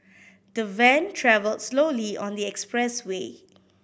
the van travelled slowly on the expressway